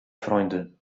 freunde